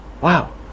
wow